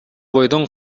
бойдон